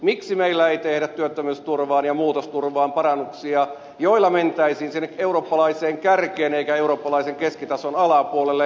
miksi meillä ei tehdä työttömyysturvaan ja muutosturvaan parannuksia joilla mentäisiin sinne eurooppalaiseen kärkeen eikä eurooppalaisen keskitason alapuolelle